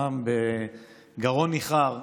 רם, בגרון ניחר,